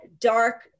dark